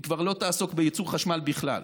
היא כבר לא תעסוק בייצור חשמל בכלל.